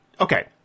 okay